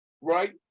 right